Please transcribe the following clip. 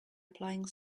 applying